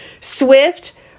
Swift